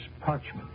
parchment